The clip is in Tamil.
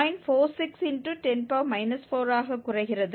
46×10 4 ஆக குறைகிறது